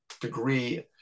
degree